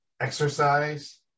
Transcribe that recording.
exercise